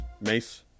Mace